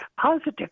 positive